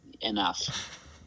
enough